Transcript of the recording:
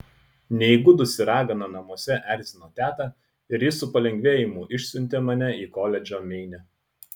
neįgudusi ragana namuose erzino tetą ir ji su palengvėjimu išsiuntė mane į koledžą meine